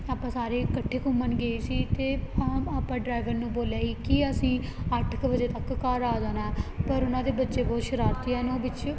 ਆਪਾਂ ਸਾਰੇ ਇਕੱਠੇ ਘੁੰਮਣ ਗਈ ਸੀ ਅਤੇ ਪਾਂ ਆਪਾਂ ਡਰਾਈਵਰ ਨੂੰ ਬੋਲਿਆ ਸੀ ਕਿ ਅਸੀਂ ਅੱਠ ਕੁ ਵਜੇ ਤੱਕ ਘਰ ਆ ਜਾਣਾ ਪਰ ਉਹਨਾਂ ਦੇ ਬੱਚੇ ਬਹੁਤ ਸ਼ਰਾਰਤੀ ਹਨ ਉਹ ਵਿੱਚ